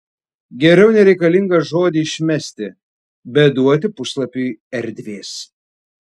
geriau nereikalingą žodį išmesti bet duoti puslapiui erdvės